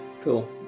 Cool